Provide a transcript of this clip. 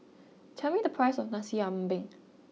tell me the price of Nasi Ambeng